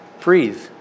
breathe